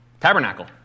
Tabernacle